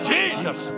Jesus